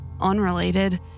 unrelated